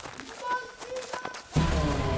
mugsy dot com